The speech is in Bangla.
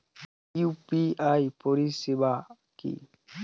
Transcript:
ইউ.পি.আই পরিসেবা কি?